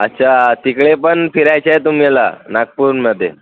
अच्छा तिकडे पण फिरायचंय तुम्हाला नागपूरमध्ये